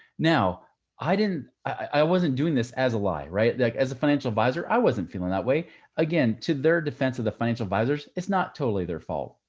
now i didn't, i wasn't doing this as a lie, right? like as a financial advisor, i wasn't feeling that way again, to their defense of the financial advisors. it's not totally their fault.